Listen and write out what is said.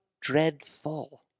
dreadful